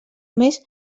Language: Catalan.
mes